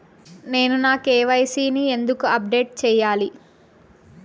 నేను నా కె.వై.సి ని ఎందుకు అప్డేట్ చెయ్యాలి?